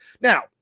Now